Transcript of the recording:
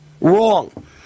Wrong